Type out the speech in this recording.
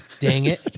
dang it.